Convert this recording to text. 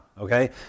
okay